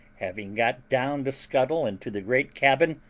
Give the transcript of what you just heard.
having got down the scuttle into the great cabin,